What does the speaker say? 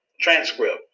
transcript